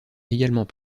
également